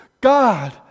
God